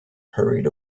hurried